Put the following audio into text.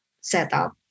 setup